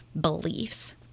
beliefs